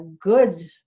good